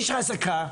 יש חזקה,